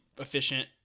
efficient